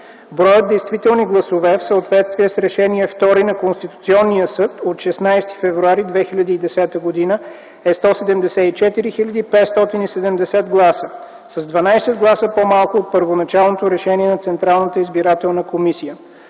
Броят действителни гласове в съответствие с Решение второ на Конституционния съд от 16 февруари 2010 г. е 174 хил. 570 гласа, с 12 гласа по-малко от първоначалното решение на Централната избирателна комисия.